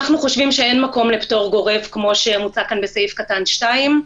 אנחנו חושבים שאין מקום לפטור גורף כמו שמוצע כאן בסעיף קטן (2).